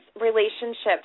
relationships